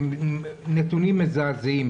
הנתונים הם מזעזעים,